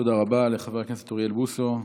תודה רבה לחבר הכנסת אוריאל בוסו.